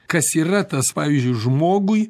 kas yra tas pavyzdžiui žmogui